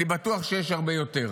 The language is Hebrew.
אני בטוח שיש הרבה יותר.